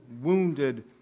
wounded